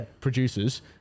producers